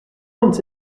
moins